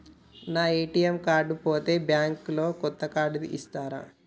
నా ATM card పోతే bank లో కొత్త కార్డు ఇస్తరా?